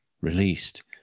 released